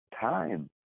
time